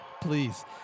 Please